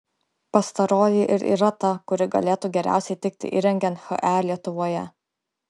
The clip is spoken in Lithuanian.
pastaroji ir yra ta kuri galėtų geriausiai tikti įrengiant he lietuvoje